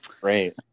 Great